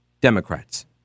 Democrats